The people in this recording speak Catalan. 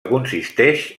consisteix